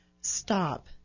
Stop